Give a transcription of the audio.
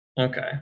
Okay